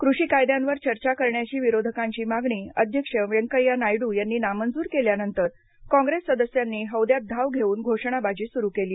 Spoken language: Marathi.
कृषी कायद्यांवर चर्चा करण्याची विरोधकांची मागणी अध्यक्ष व्यंकय्या नायडू यांनी नामंजूर केल्यानंतर कॉंग्रैस सदस्यांनी हौदयात धाव घेऊन घोषणाबाजी सुरू केली